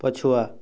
ପଛୁଆ